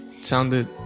sounded